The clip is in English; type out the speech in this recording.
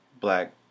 black